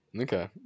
Okay